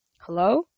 Hello